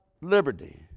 liberty